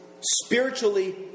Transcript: spiritually